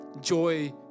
Joy